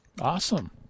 Awesome